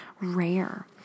rare